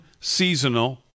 seasonal